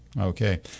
okay